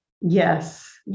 Yes